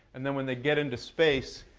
and then when they get into space,